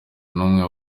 n’umwe